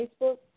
Facebook